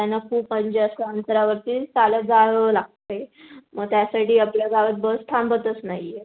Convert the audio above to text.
त्यांना खूप म्हणजे असं अंतरावरती चालत जावं लागते मग त्यासाठी आपल्या गावात बस थांबतच नाही आहेत